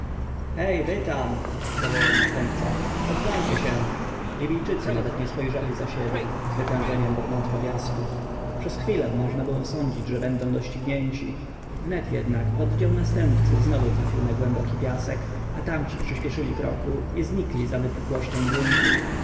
tam zawołał następca poddajcie się libijczycy nawet nie spojrzeli za siebie z wytężeniem brnąc po piasku przez chwilę można było sądzić że będą doścignięci wnet jednak oddział następcy znowu trafił na głęboki piasek a tamci przyśpieszyli kroku i znikli za wypukłością gruntu